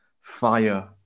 fire